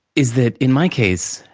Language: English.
is that, in my case,